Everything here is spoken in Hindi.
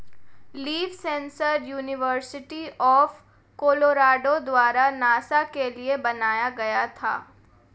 leaf sensor university of Colorado द्वारा नासा के लिए बनाया गया था